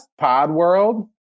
Podworld